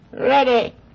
Ready